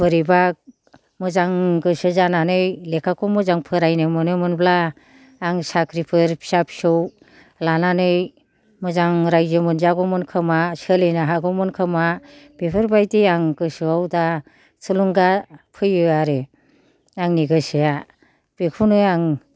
बोरैबा मोजां गोसो जानानै लेखाखौ मोजां फरायनो मोनोमोनब्ला आं साख्रिफोर फिसा फिसौ लानानै मोजां रायजो मोनजागौमोन खोमा सोलिनो हागौमोन खोमा बेफोरबादि आं गोसोयाव दा थुलुंगा फैयो आरो आंनि गोसोआ बेखौनो आं